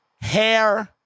Hair